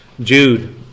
Jude